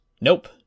Nope